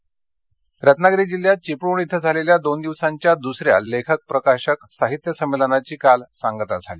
समेलन रत्नागिरी रत्नागिरी जिल्ह्यात चिपळूण इथं झालेल्या दोन दिवसांच्या दुसऱ्या लेखक प्रकाशक साहित्य संमेलनाची काल सांगता झाली